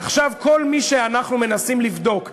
עכשיו, כל מי שאנחנו מנסים לבדוק,